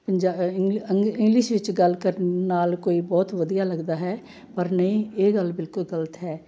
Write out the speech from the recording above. ਪੰਜਾ ਇੰਗਲਿਸ਼ ਵਿੱਚ ਗੱਲ ਕਰਨ ਨਾਲ ਕੋਈ ਬਹੁਤ ਵਧੀਆ ਲੱਗਦਾ ਹੈ ਪਰ ਨਹੀਂ ਇਹ ਗੱਲ ਬਿਲਕੁਲ ਗਲਤ ਹੈ